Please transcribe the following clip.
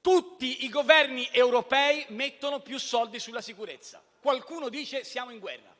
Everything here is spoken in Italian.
Tutti i Governi europei mettono più soldi sulla sicurezza e qualcuno dice: «Siamo in guerra».